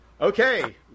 Okay